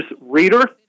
reader